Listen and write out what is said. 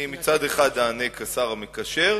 אני, מצד אחד, אענה כשר המקשר,